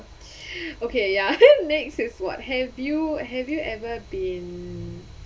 okay ya next is what have you have you ever been